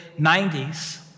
90s